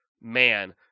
man